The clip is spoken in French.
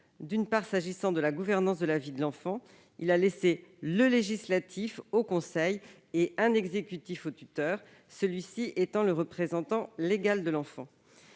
En ce qui concerne la gouvernance de la vie de l'enfant, il a laissé le législatif au conseil et l'exécutif au tuteur, celui-ci étant le représentant légal de l'enfant.